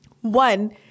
One